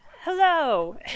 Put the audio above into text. Hello